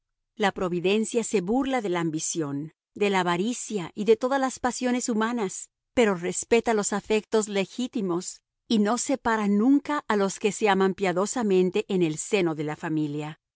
la providencia se burla de la ambición de la avaricia y de todas las pasiones humanas pero respeta los afectos legítimos y no separa nunca a los que se aman piadosamente en el seno de la familia